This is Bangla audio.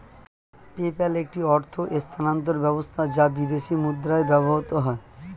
পেপ্যাল একটি অর্থ স্থানান্তর ব্যবস্থা যা বিদেশী মুদ্রায় ব্যবহৃত হয়